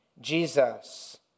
Jesus